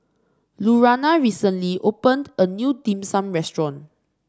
Lurana recently opened a new Dim Sum Restaurant